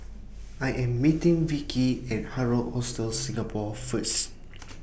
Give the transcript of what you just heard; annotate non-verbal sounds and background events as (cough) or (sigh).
I Am meeting Vicki At Hard Rock Hostel Singapore First (noise)